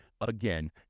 again